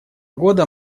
года